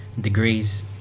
degrees